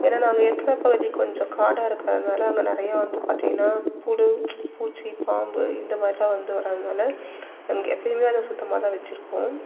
ஏன்னா நாங்கள் இருக்கிற பகுதி கொஞ்சம் காடாக இருக்கிறனால அங்கே நிறையா வந்து பார்த்திங்கன்னா புழு பூச்சி பாம்பு இந்த மாதிரி தான் வந்து வரதுனால நாங்கள் எப்போயுமே அதை சுத்தமாகதான் வச்சுருப்போம்